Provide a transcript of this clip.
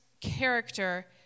character